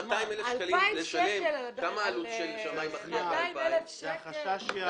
מה העלות של שמאי מכריע ב-200,000 שקלים?